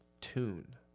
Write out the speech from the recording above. Tune